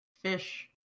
fish